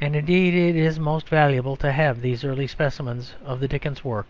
and indeed it is most valuable to have these early specimens of the dickens work